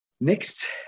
Next